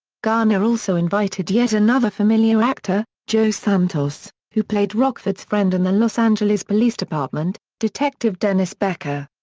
garner also invited yet another familiar actor, joe santos, who played rockford's friend in the los angeles police department, detective dennis becker.